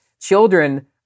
children